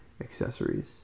accessories